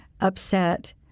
upset